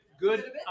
good